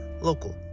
local